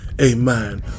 amen